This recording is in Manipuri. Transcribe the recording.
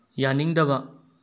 ꯌꯥꯅꯤꯡꯗꯕ